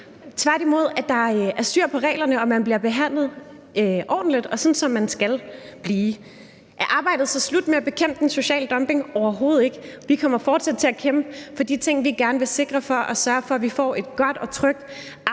tværtimod er styr på reglerne, og at man bliver behandlet ordentligt og sådan, som man skal behandles. Er arbejdet med at bekæmpe den sociale dumping så slut? Overhovedet ikke. Vi kommer fortsat til at kæmpe for de ting, vi gerne vil sikre, for at sørge for, at vi får et godt og trygt arbejdsmiljø